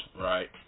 right